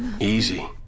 Easy